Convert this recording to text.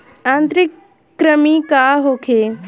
आंतरिक कृमि का होखे?